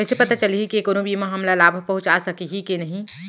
कइसे पता चलही के कोनो बीमा हमला लाभ पहूँचा सकही के नही